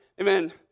Amen